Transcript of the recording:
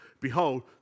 Behold